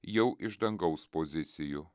jau iš dangaus pozicijų